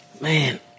Man